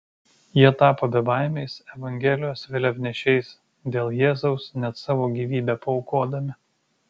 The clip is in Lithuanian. jie tapo bebaimiais evangelijos vėliavnešiais dėl jėzaus net savo gyvybę paaukodami